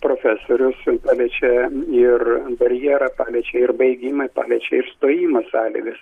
profesorius paliečia ir barjerą paliečia ir baigimą paliečia ir stojimo sąlygas